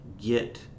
get